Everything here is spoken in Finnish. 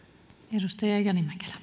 arvoisa